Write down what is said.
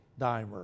dimer